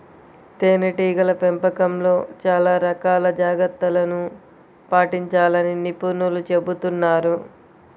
తేనెటీగల పెంపకంలో చాలా రకాల జాగ్రత్తలను పాటించాలని నిపుణులు చెబుతున్నారు